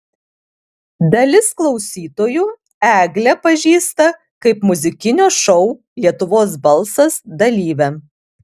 dalis klausytojų eglę pažįsta kaip muzikinio šou lietuvos balsas dalyvę